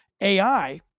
AI